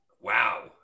Wow